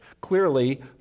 Clearly